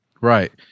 Right